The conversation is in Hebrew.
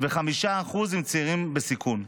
ו-5% הם צעירים בסיכון.